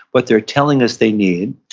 what they're telling us they need,